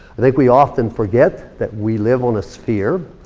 i think we often forget that we live on a sphere.